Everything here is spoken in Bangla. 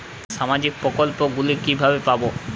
সামাজিক প্রকল্প গুলি কিভাবে পাব?